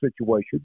situation